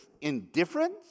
indifference